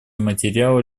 материала